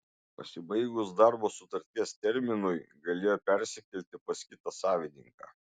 pasibaigus darbo sutarties terminui galėjo persikelti pas kitą savininką